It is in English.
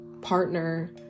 partner